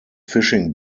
fishing